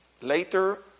later